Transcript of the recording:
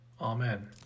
Amen